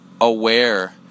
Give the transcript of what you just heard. aware